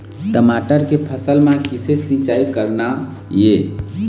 टमाटर के फसल म किसे सिचाई करना ये?